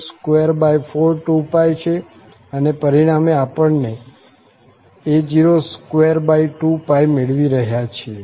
તેથી આ a0242π છે અને પરિણામે આપણે a022 મેળવી રહ્યા છીએ